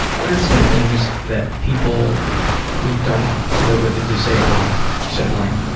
what are some things that people who don't live with a disabled sibling